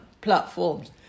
platforms